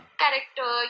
character